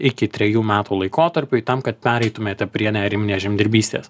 iki trejų metų laikotarpiui tam kad pereitumėte prie neariminės žemdirbystės